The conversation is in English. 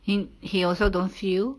he he also don't feel